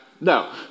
No